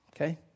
Okay